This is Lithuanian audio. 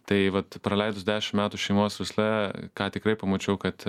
tai vat praleidus dešim metų šeimos versle ką tikrai pamačiau kad